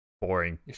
boring